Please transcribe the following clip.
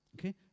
okay